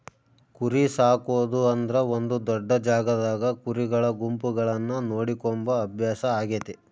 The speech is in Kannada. ಕುರಿಸಾಕೊದು ಅಂದ್ರ ಒಂದು ದೊಡ್ಡ ಜಾಗದಾಗ ಕುರಿಗಳ ಗುಂಪುಗಳನ್ನ ನೋಡಿಕೊಂಬ ಅಭ್ಯಾಸ ಆಗೆತೆ